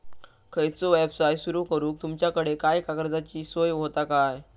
खयचो यवसाय सुरू करूक तुमच्याकडे काय कर्जाची सोय होता काय?